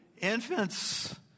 infants